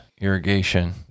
irrigation